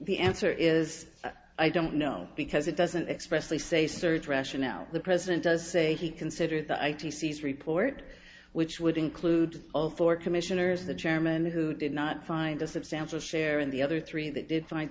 the answer is i don't know because it doesn't expressly say search rationale the president does say he considered the eighty six report which would include all four commissioners the chairman who did not find a substantial share in the other three that did find